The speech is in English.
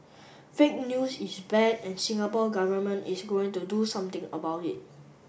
fake news is bad and Singapore Government is going to do something about it